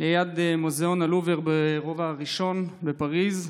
ליד מוזיאון הלובר, ברובע הראשון בפריז.